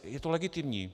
Je to legitimní.